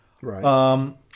Right